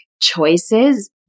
choices